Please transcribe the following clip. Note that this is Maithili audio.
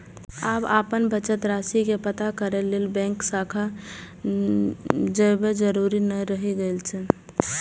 आब अपन बचत राशि के पता करै लेल बैंक शाखा जयबाक जरूरत नै रहि गेल छै